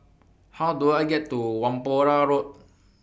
How Do I get to Whampoa Road